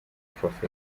prof